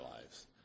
lives